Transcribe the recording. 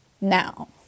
Now